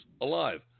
alive